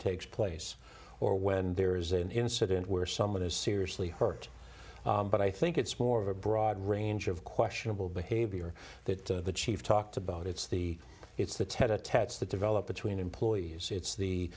takes place or when there's an incident where someone is seriously hurt but i think it's more of a broad range of questionable behavior that the chief talked about it's the it's the tete a tetes that develop between employees it's the